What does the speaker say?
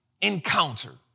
encounter